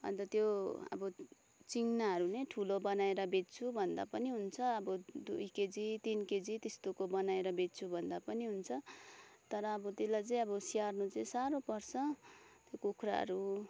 अन्त त्यो अब चिङ्नाहरू नै ठुलो बनाएर बेच्छु भन्दा पनि हुन्छ अब दुई केजी तिन केजी त्यस्तोको बनाएर बेच्छु भन्दा पनि हुन्छ तर अब त्यसलाई चाहिँ अब स्याहार्नु चाहिँ साह्रो पर्छ त्यो कुखुराहरू